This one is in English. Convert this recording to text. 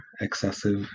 excessive